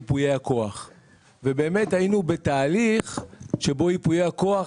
באמת היינו בתהליך שבו ייפויי הכוח,